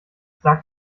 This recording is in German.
sag